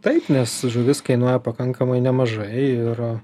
taip nes žuvis kainuoja pakankamai nemažai ir